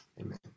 Amen